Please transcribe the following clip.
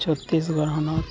ᱪᱷᱚᱛᱨᱤᱥᱜᱚᱲ ᱦᱚᱱᱚᱛ